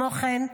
כמו כן,